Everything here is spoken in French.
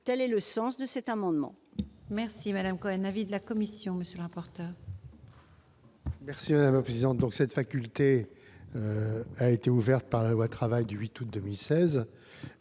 Tel est le sens de cet amendement